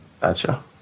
Gotcha